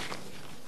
בבקשה.